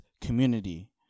community